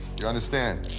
you understand?